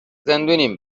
زندونیم